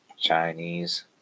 Chinese